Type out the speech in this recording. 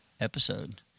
episode